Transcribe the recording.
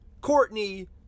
Courtney